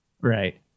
Right